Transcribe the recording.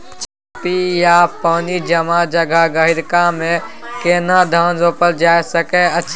चापि या पानी जमा जगह, गहिरका मे केना धान रोपल जा सकै अछि?